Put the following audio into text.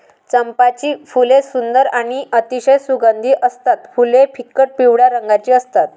चंपाची फुले सुंदर आणि अतिशय सुगंधी असतात फुले फिकट पिवळ्या रंगाची असतात